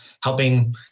helping